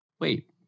wait